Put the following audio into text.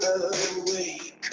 awake